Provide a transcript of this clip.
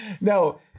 No